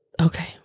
okay